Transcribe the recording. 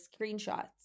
screenshots